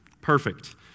Perfect